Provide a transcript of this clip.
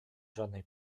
żadnej